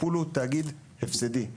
הפול הוא תאגיד הפסדי.